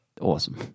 Awesome